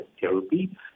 therapy